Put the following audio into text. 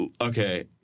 Okay